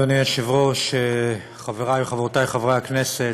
אדוני היושב-ראש, חברי וחברותי חברי הכנסת,